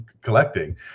collecting